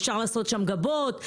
אפשר לעשות שם גבות,